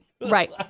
Right